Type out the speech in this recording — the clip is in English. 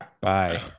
Bye